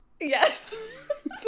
Yes